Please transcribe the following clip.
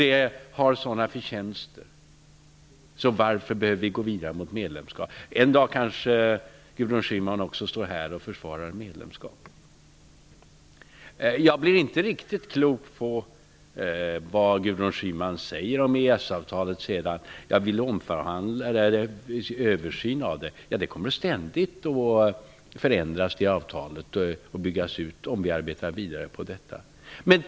Det har sådana förtjänster, säger hon, så varför behöver vi gå vidare mot medlemskap? En dag kanske Gudrun Schyman står här och försvarar medlemskap. Jag blir inte riktigt klok på vad Gudrun Schyman sedan säger om EES-avtalet. Hon vill ha en omförhandling eller en översyn. Ja, det kommer ständigt att förändras och byggas ut, om vi arbetar vidare på detta.